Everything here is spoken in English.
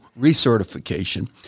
recertification